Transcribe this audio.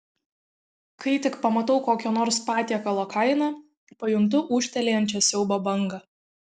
kai tik pamatau kokio nors patiekalo kainą pajuntu ūžtelėjančią siaubo bangą